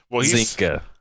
Zinka